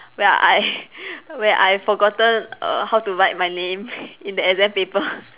where I where I forgotten err how to write my name in the exam paper